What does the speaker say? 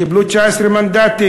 קיבלו 19 מנדטים.